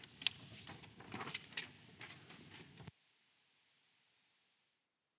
Kiitos.